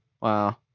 Wow